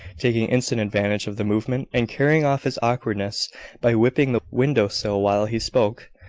taking instant advantage of the movement, and carrying off his awkwardness by whipping the window-sill while he spoke.